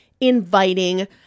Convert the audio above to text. inviting